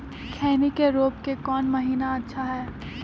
खैनी के रोप के कौन महीना अच्छा है?